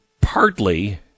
partly